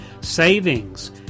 Savings